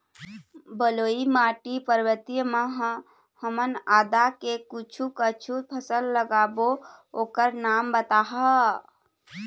बलुई माटी पर्वतीय म ह हमन आदा के कुछू कछु फसल लगाबो ओकर नाम बताहा?